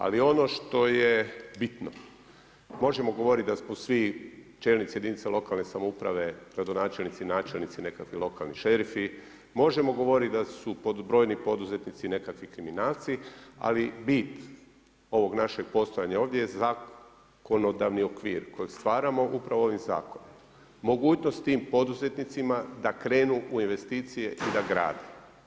Ali ono što je bitno možemo govoriti da smo svi čelnici jedinica lokalne samouprave, gradonačelnici, načelnici nekakvi lokalni šerifi, možemo govoriti da su brojni poduzetnici nekakvi kriminalci, ali bit ovog našeg postojanja ovdje je zakonodavni okvir koji stvaramo upravo ovim zakonom mogućnost tim poduzetnicima da krenu u investicije i da grade.